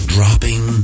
Dropping